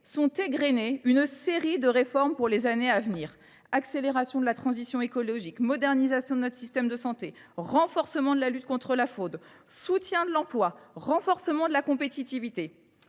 sont égrainées une série de réformes pour les années à venir. Accélération de la transition écologique, modernisation de notre système de santé, renforcement de la lutte contre la faude, soutien de l'emploi, renforcement de la compétitivité.